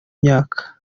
imyaka